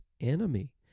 enemy